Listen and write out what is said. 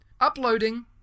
uploading